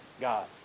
god